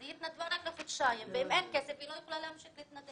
אז היא התנדבה רק לחודשיים ואם אין כסף היא לא יכולה להמשיך להתנדב.